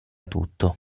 tutto